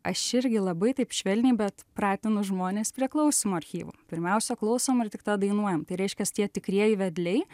aš irgi labai taip švelniai bet pratinu žmones prie klausymo archyvų pirmiausia klausom ir tik tada dainuojam tai reiškias tie tikrieji vedliai